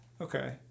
Okay